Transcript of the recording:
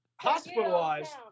hospitalized